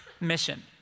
mission